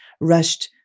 rushed